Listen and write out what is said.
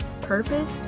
purpose